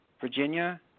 Virginia